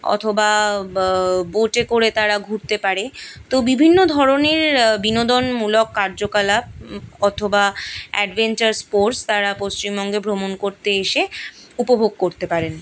অথবা বোটে করে তারা ঘুরতে পারে তো বিভিন্ন ধরনের বিনোদনমূলক কার্যকলাপ অথবা অ্যাডভেঞ্চার স্পোর্টস তারা পশ্চিমবঙ্গে ভ্রমণ করতে এসে উপভোগ করতে পারেন